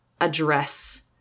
address